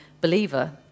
believer